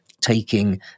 taking